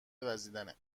وزیدنه